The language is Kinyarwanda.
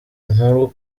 inkuru